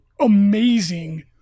amazing